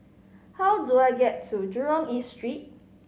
how do I get to Jurong East Street